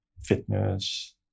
fitness